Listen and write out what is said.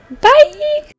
bye